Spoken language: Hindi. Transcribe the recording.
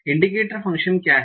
इंडिकेटर फ़ंक्शन क्या है